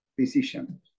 physician